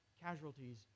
casualties